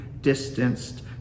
distanced